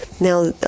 Now